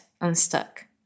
unstuck